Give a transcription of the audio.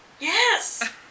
Yes